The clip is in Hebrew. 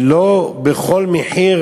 לא בכל מחיר